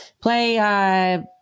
Play